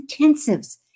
intensives